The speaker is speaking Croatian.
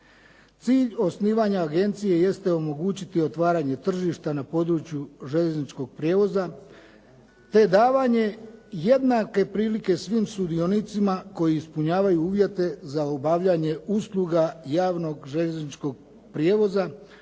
Cilj osnivanja agencije jeste omogućiti otvaranje tržišta na području željezničkog prijevoza, te davanje jednake prilike svim sudionicima koji ispunjavaju uvjete za obavljanje usluga javnog željezničkog prijevoza